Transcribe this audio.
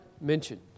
mentioned